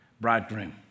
bridegroom